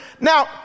Now